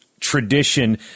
Tradition